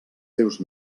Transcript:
seus